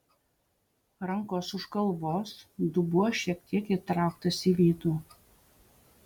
rankos už galvos dubuo šiek tiek įtrauktas į vidų